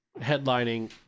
headlining